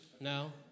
No